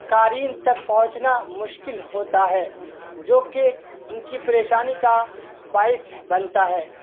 قارئین تک پہنچنا مشکل ہوتا ہے جو کہ ان کی پریشانی کا باعث بنتا ہے